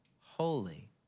holy